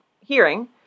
hearing